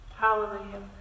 Hallelujah